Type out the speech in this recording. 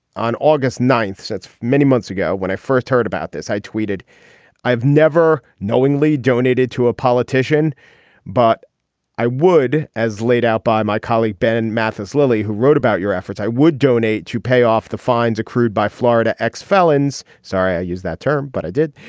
on august ninth that's many months ago when i first heard about this i tweeted i've never knowingly donated to a politician but i would as laid out by my colleague ben mathis lilly who wrote about your efforts i would donate to pay off the fines accrued by florida ex felons. sorry i use that term but i did.